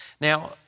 Now